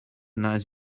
nice